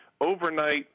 overnight